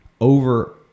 over